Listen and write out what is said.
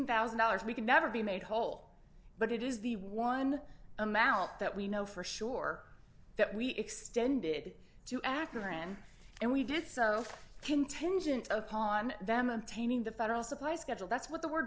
thousand dollars we could never be made whole but it is the one amount that we know for sure that we extended to akron and we did so contingent upon them obtaining the federal supply schedule that's what the word